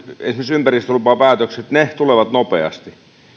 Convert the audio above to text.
ympäristölupapäätökset tulevat nopeasti